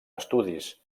estudis